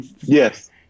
yes